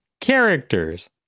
characters